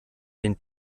den